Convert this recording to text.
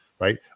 right